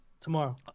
Tomorrow